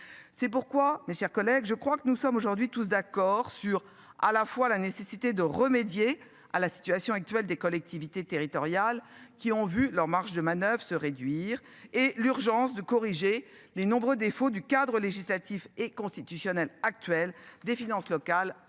C'est pourquoi, mes chers collègues, je crois que nous sommes aujourd'hui, tous d'accord sur à la fois la nécessité de remédier à la situation actuelle des collectivités territoriales qui ont vu leur marge de manoeuvre se réduire et l'urgence de corriger les nombreux défauts du cadre législatif et constitutionnel actuel des finances locales